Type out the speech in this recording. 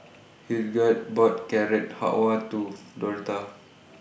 Hildegarde bought Carrot Halwa to Dorotha